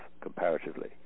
comparatively